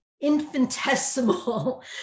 infinitesimal